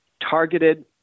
targeted